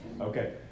Okay